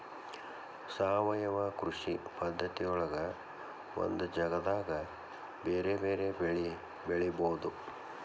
ಸಾವಯವ ಕೃಷಿ ಪದ್ಧತಿಯೊಳಗ ಒಂದ ಜಗದಾಗ ಬೇರೆ ಬೇರೆ ಬೆಳಿ ಬೆಳಿಬೊದು